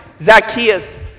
Zacchaeus